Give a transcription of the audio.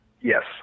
Yes